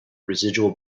residual